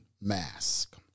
mask